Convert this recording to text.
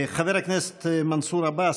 חבר הכנסת מנסור עבאס,